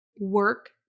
work